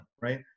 right